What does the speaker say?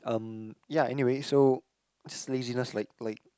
um ya anyway so just laziness like like